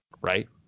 right